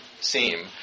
seem